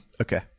Okay